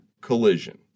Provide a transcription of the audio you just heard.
Collision